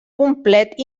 complet